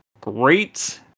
great